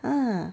ha